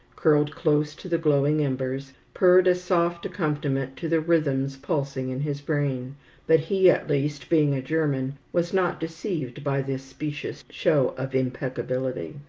curled close to the glowing embers, purred a soft accompaniment to the rhythms pulsing in his brain but he at least, being a german, was not deceived by this specious show of impeccability.